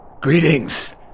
Greetings